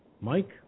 Mike